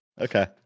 Okay